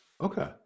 okay